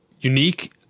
unique